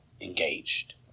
engaged